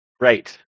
Right